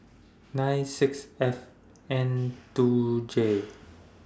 nine six F N two J